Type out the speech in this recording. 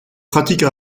pratique